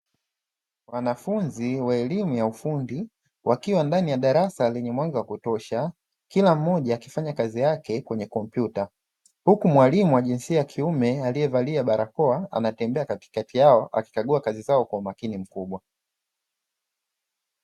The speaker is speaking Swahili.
Wanafunzi wa elimu ya ufundi wakiwa ndani ya darasa lenye mwanga wakutosha, kila mmoja akifanya kazi yake kwenye kompyuta; huku mwalimu wa jinsia ya kiume aliyevalia barakoa anatembea katikati yao, akikagua kazi zao kwa umakini mkubwa.